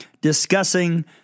discussing